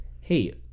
hey